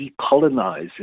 decolonize